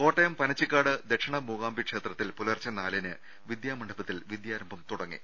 കോട്ടയം പനച്ചിക്കാട് ദക്ഷിണ മൂകാംബി ക്ഷേത്രത്തിൽ പുലർച്ചെ നാലിന് വിദ്യാ മണ്ഡപത്തിൽ വിദ്യാരംഭം തുടങ്ങി